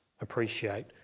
appreciate